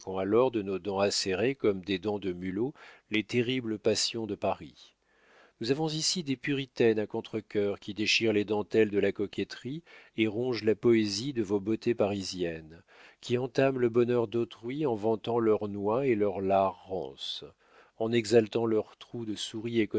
alors de nos dents acérées comme des dents de mulot les terribles passions de paris nous avons ici des puritaines à contre-cœur qui déchirent les dentelles de la coquetterie et rongent la poésie de vos beautés parisiennes qui entament le bonheur d'autrui en vantant leurs noix et leur lard rances en exaltant leur trou de souris